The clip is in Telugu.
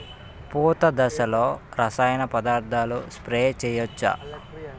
పూత దశలో రసాయన పదార్థాలు స్ప్రే చేయచ్చ?